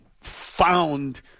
found